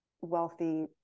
wealthy